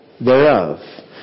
thereof